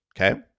Okay